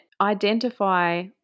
identify